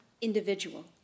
individual